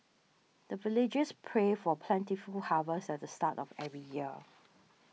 the villagers pray for plentiful harvest at the start of every year